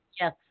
Yes